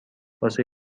واسه